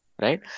right